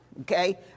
okay